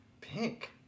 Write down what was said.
Pink